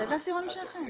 לאיזה עשירון הם שייכים?